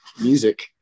music